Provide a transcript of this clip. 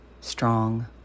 strong